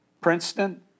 Princeton